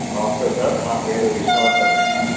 నమస్తే సార్ నా పేరు విష్ణువర్ధన్ అండి